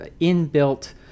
inbuilt